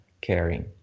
caring